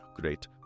great